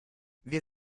wir